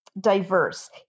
diverse